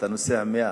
אתה נוסע 100,